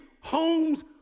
homes